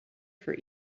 for